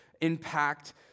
impact